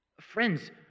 Friends